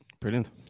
Brilliant